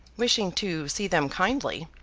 wishing to see them kindly,